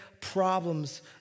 problems